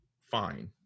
fine